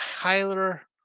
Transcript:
Tyler